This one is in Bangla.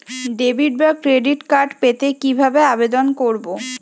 ডেবিট বা ক্রেডিট কার্ড পেতে কি ভাবে আবেদন করব?